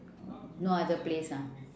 no other place ah